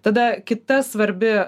tada kita svarbi